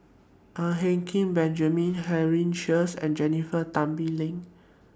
Ang Hin Kee Benjamin Henry Sheares and Jennifer Tan Bee Leng